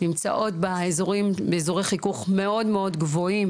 נמצאות באזורי חיכוך מאוד גבוהים